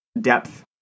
depth